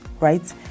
right